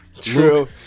True